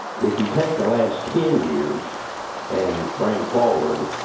if you take the last ten years and bring forward,